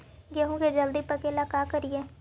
गेहूं के जल्दी पके ल का करियै?